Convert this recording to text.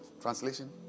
translation